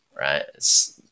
right